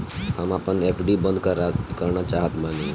हम आपन एफ.डी बंद करना चाहत बानी